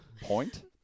point